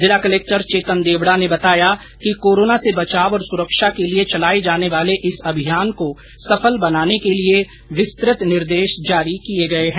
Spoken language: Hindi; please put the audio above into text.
जिला कलक्टर चेतन देवड़ा ने बताया कि कोरोना से बचाव और सुरक्षा के लिए चलाए जाने वाले इस अभियान को सफल बनाने के लिए विस्तृत निर्देश जारी किए है